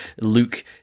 Luke